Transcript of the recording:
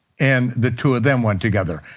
and the two of them went together.